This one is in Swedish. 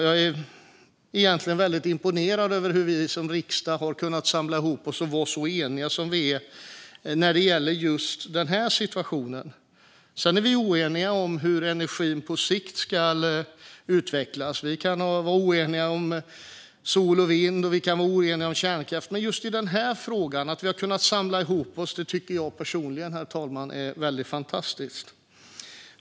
Jag är imponerad över hur vi som riksdag kunnat samla ihop oss och vara så eniga som vi är när det gäller just denna situation. Vi är oeniga om hur energin på sikt ska utvecklas och om sol, vind och kärnkraft. Men i just denna fråga har vi enats, och det är fantastiskt.